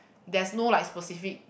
there is no like specific